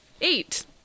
Eight